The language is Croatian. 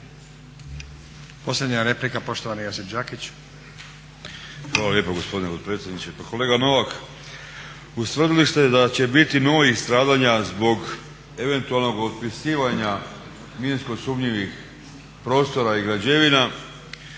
Hvala lijepo gospodine dopredsjedniče.